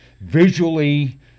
Visually